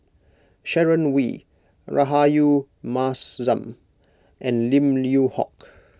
Sharon Wee Rahayu Mahzam and Lim Yew Hock